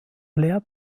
lehrt